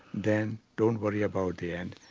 then don't worry about the end,